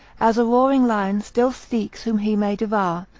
as a roaring lion still seeks whom he may devour,